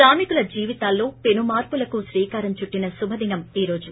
క్రామికుల జీవితాల్లో పెను మార్పులకు శ్రీకారం చుట్లిన శుధినం ఈ రోజు